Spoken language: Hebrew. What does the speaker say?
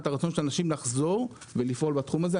הרצון של אנשים לחזור ולפעול בתחום הזה.